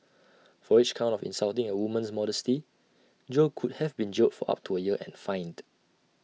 for each count of insulting A woman's modesty Jo could have been jailed for up to A year and fined